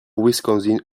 wisconsin